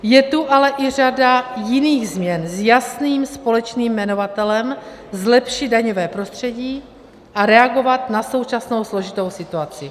Je tu ale i řada jiných změn s jasným společným jmenovatelem, zlepšit daňové prostředí a reagovat na současnou složitou situaci.